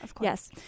Yes